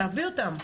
להביא אותם,